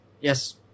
yes